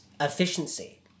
efficiency